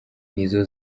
nizo